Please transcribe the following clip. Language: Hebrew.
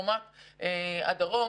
לעומת הדרום